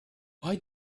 why